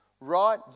right